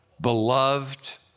beloved